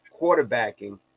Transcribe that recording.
quarterbacking